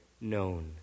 known